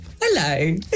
Hello